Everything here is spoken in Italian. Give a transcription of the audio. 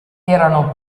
erano